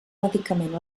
medicament